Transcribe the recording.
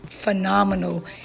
phenomenal